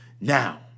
Now